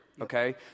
okay